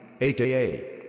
AKA